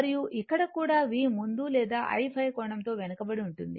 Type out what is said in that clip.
మరియు ఇక్కడ కూడా v ముందు లేదా i ϕ కోణం తో వెనుకబడి ఉంటుంది